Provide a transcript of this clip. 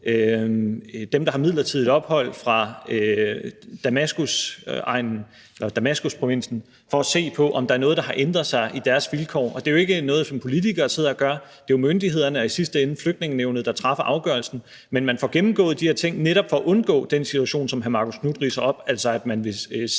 dem, der har midlertidigt ophold, og som kommer fra Damaskusprovinsen, for at se på, om der er noget, der har ændret sig i deres vilkår. Det er jo ikke noget, som politikere sidder og gør; det er myndighederne og i sidste ende Flygtningenævnet, der træffer afgørelsen. Men man får gennemgået de her ting netop for at undgå den situation, som hr. Marcus Knuth ridser op, altså at man vil sikre